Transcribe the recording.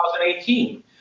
2018